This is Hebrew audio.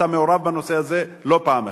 ואתה היית מעורב בנושא הזה לא פעם אחת.